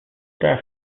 star